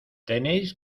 tenéis